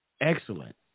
excellent